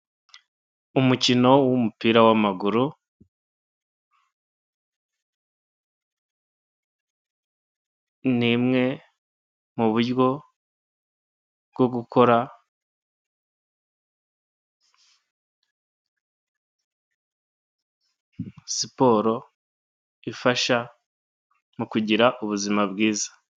Umukino w'umupira w'amaguru, nimwe mu buryo bwo gukora siporo ifasha mu kugira ubuzima bwiza.